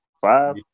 Five